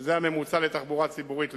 שזה הממוצע לתחבורה ציבורית ליום,